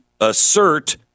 assert